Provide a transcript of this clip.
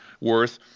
worth